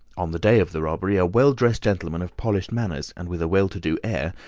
on the day of the robbery a well-dressed gentleman of polished manners, and with a well-to-do air,